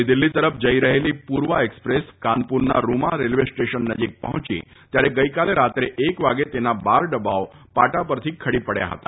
નવી દિલ્હી તરફ જઈ રહેલી પૂર્વા એક્સપ્રેસ કાનપુરના રૂમા રેલવે સ્ટેશન નજીક પહોંચી ત્યારે ગઈકાલે રાત્રે એક વાગે તેના બાર ડબા પાટા પરથી ખડી પડ્યા હતા